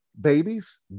babies